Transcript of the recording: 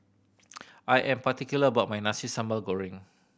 I am particular about my Nasi Sambal Goreng